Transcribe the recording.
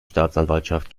staatsanwaltschaft